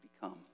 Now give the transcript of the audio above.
become